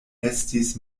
estis